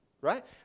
right